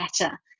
better